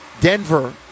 Denver